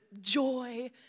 joy